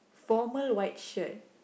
formal white shirt